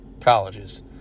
colleges